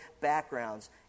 backgrounds